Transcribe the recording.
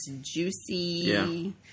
juicy